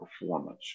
performance